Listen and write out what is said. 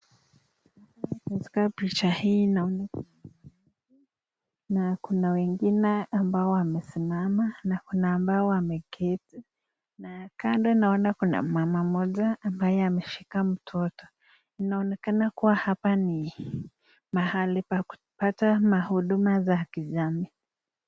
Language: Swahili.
Katika picha hii naona na kuna wengine ambao wamesimama na kuna ambao wameketi na kando naona kuna mama mmoja ambaye ameshika mtoto. Inaonekana kuwa hapa ni mahali pa kupata mahuduma za kijamii.